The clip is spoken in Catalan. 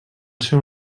seu